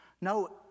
No